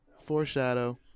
foreshadow